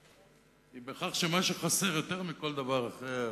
היא בכך שמה שחסר יותר מכל דבר אחר,